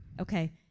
Okay